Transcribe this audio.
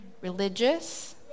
Religious